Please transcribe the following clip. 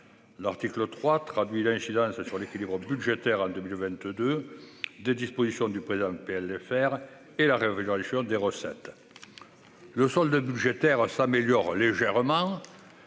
L'article 3 traduit l'incidence sur l'équilibre budgétaire en 2022 des dispositions du présent PLFR et de la réévaluation des recettes. Le solde budgétaire s'améliore légèrement